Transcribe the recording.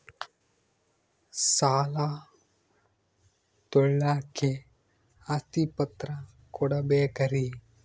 ಸಾಲ ತೋಳಕ್ಕೆ ಆಸ್ತಿ ಪತ್ರ ಕೊಡಬೇಕರಿ?